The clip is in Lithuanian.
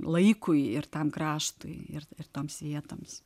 laikui ir tam kraštui ir ir toms vietoms